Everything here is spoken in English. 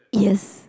yes